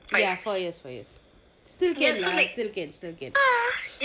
ya four years four years still can lah still can still can